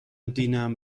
دینم